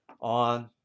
on